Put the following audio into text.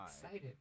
excited